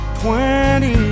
twenty